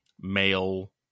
male